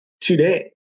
today